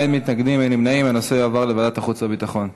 ההצעה להעביר את הנושא לוועדת החוץ והביטחון נתקבלה.